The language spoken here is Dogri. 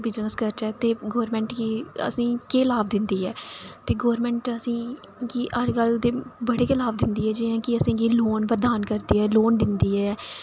बिज़नेस करचै ते गौरमेंट असेंगी केह् लाभ दिंदी ऐ ते गौरमेंट असेंगी अज कल ते जि'यां कि लोन प्रदान करदी ऐ लोन दिंदी ऐ